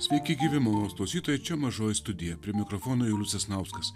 sveiki gyvi malonūs klausytojai čia mažoji studija prie mikrofono julius sasnauskas